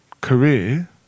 career